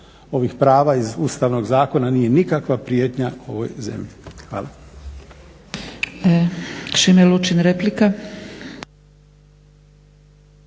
ovih prava iz Ustavnog zakona nije nikakva prijetnja ovoj zemlji. Hvala.